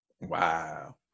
Wow